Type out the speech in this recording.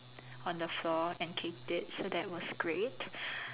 on the floor and kicked it so that was great